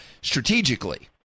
strategically